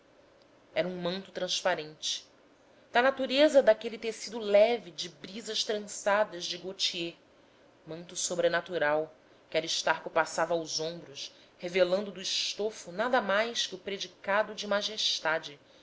era um manto transparente da natureza daquele tecido leve de brisas trancadas de gautier manto sobrenatural que aristarco passava aos ombros revelando do estofo nada mais que o predicado de majestade